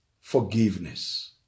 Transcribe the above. forgiveness